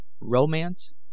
romance